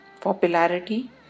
Popularity